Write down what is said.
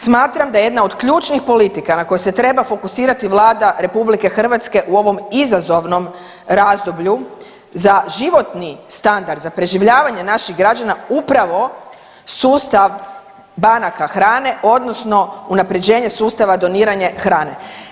Smatram da jedna od ključnih politika na koje se treba fokusirati Vlada RH u ovom izazovnom razdoblju za životni standard, za preživljavanje naših građana upravo sustav banaka hrane odnosno unapređenje sustava doniranje hrane.